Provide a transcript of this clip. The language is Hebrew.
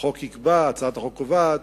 החוק יקבע,